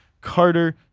carter